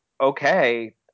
okay